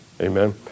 Amen